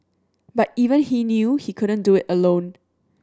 but even he knew he couldn't do it alone